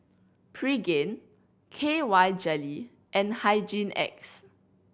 Pregain K Y Jelly and Hygin X